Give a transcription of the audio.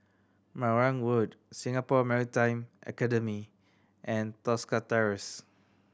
Marang Road Singapore Maritime Academy and Tosca Terrace